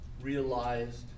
realized